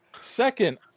Second